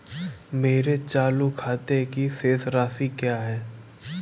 मेरे चालू खाते की शेष राशि क्या है?